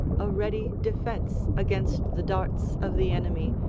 a ready defence against the darts of the enemy,